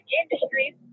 industries